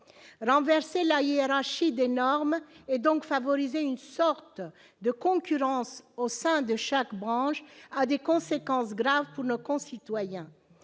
Renverser la hiérarchie des normes, et donc favoriser une sorte de concurrence au sein de chaque branche, a des conséquences graves pour nos concitoyens.